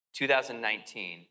2019